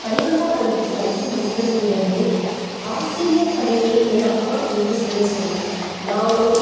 பன்னிரெண்டாம் வகுப்பு படித்து முடித்தன் பிறகு ஆசிரியர் பணியை என் அம்மா தேர்வு செய்ய சொன்னார் நானோ